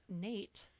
nate